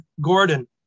Gordon